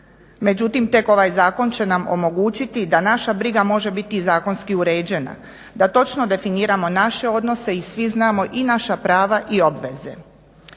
Međutim tek ovaj zakon će nam omogućiti da naša briga može biti zakonski uređena, da točno definiramo naše odnose i svi znamo i naša prava i obveze.